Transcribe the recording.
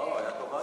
יעקב אשר,